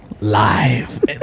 live